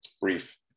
brief